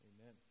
Amen